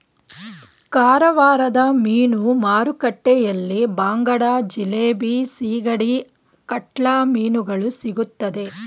ಕಾರವಾರದ ಮೀನು ಮಾರುಕಟ್ಟೆಯಲ್ಲಿ ಬಾಂಗಡ, ಜಿಲೇಬಿ, ಸಿಗಡಿ, ಕಾಟ್ಲಾ ಮೀನುಗಳು ಸಿಗುತ್ತದೆ